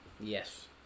yes